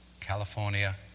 California